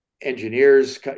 engineers